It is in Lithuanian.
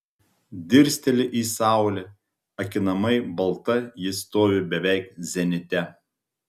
dirsteli į saulę akinamai balta ji stovi beveik zenite